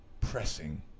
pressing